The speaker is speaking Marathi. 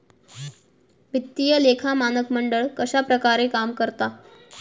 वित्तीय लेखा मानक मंडळ कश्या प्रकारे काम करता?